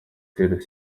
itera